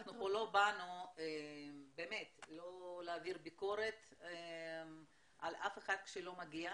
אנחנו פה לא באנו לא להעביר ביקורת על אף אחד כשלא מגיע,